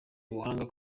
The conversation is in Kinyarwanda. ubuhanga